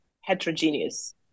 heterogeneous